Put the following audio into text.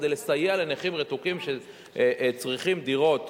כדי לסייע לנכים רתוקים שצריכים דירות,